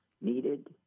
needed